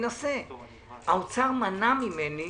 האוצר מנע ממני,